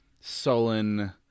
sullen